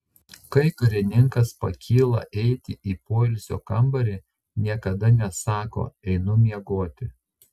kai karininkas pakyla eiti į poilsio kambarį niekada nesako einu miegoti